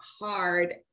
hard